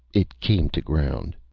it came to ground.